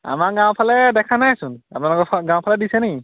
আমাৰ গাঁৱৰফালে দেখা নাইচোন আপোনালোকৰ গাঁৱৰফালে দিছে নে কি